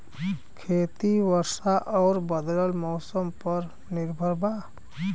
खेती वर्षा और बदलत मौसम पर निर्भर बा